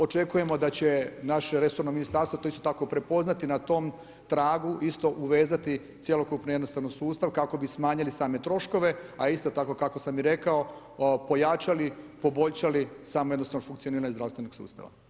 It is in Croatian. Očekujemo da će naše resorno Ministarstvo to isto tako prepoznati na tome tragu isto uvezati cjelokupno jednostavno sustav kako bi smanjili same troškove, a isto tako kako sam i rekao, pojačali, poboljšali samo jednostavno funkcioniranje zdravstvenog sustava.